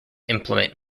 implement